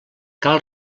cal